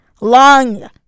Long